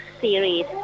series